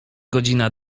godzina